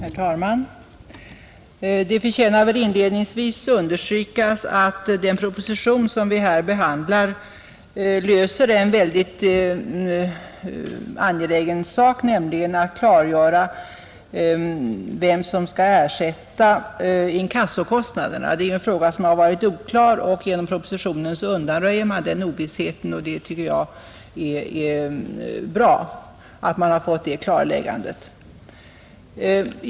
Herr talman! Det förtjänar att inledningsvis understrykas att den proposition som vi här behandlar löser ett mycket angeläget problem, nämligen att klargöra vem som skall ersätta inkassokostnaderna. Det är en fråga som varit oklar. Genom propositionen undanröjer man den ovissheten — och jag tycker att det är bra att man fått det klarläggandet.